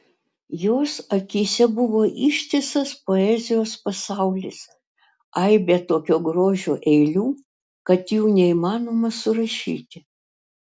jos akyse buvo ištisas poezijos pasaulis aibė tokio grožio eilių kad jų neįmanoma surašyti